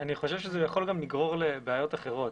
אני חשוב שזה יכול לגרור לבעיות אחרות.